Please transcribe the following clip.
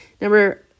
number